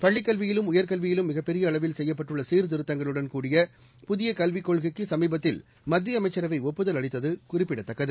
பள்ளிக் கல்வியிலும் உயர்கல்வியிலும் மிகப் பெரிய அளவில் செய்யப்பட்டுள்ள சீர்திருத்தங்களுடன் கூடிய புதிய கல்விக் கொள்கைக்கு சமீபத்தில் மத்திய அமைச்சரவை ஒப்புதல் அளித்தது குறிப்பிடத்தக்கது